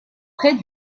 près